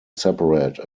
separate